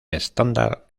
estándar